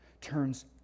turns